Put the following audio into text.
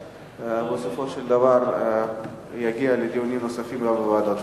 בסופו של דבר יגיע לדיונים נוספים גם בוועדות.